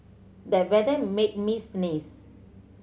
the weather made me sneeze